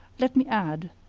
led me add,